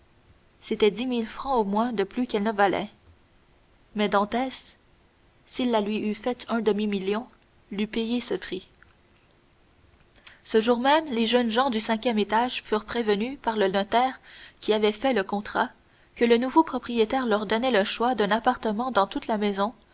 c'était dix mille francs au moins de plus qu'elle ne valait mais dantès s'il la lui eût faite un demi-million l'eût payée ce prix le jour même les jeunes gens du cinquième étage furent prévenus par le notaire qui avait fait le contrat que le nouveau propriétaire leur donnait le choix d'un appartement dans toute la maison